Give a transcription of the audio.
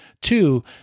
Two